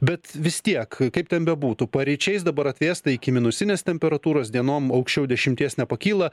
bet vis tiek kaip ten bebūtų paryčiais dabar atvėsta iki minusinės temperatūros dienom aukščiau dešimties nepakyla